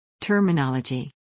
Terminology